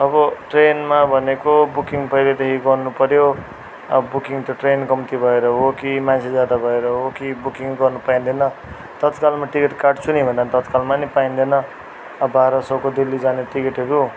अब ट्रेनमा भनेको बुकिङ पहिल्यैदेखि गर्नु पऱ्यो अब बुकिङ त ट्रेन कम्ती भएर हो कि मान्छे ज्यादा भएर हो कि बुकिङ गर्नु पाइँदैन तत्कालमा टिकट काट्छु नि भन्दा पनि तत्कालमा नि पाइँदैन अब बाह्र सयको दिल्ली जाने टिकटहरू